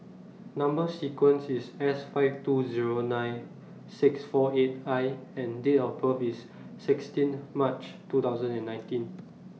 Number sequence IS S five two Zero nine six four eight I and Date of birth IS sixteen March two thousand and nineteen